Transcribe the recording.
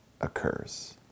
occurs